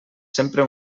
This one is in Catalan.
sempre